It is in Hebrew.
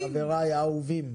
חבריי האהובים.